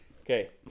Okay